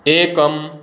एकम्